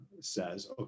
says